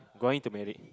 going to married